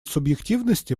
субъективности